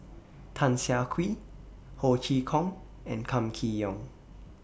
Tan Siah Kwee Ho Chee Kong and Kam Kee Yong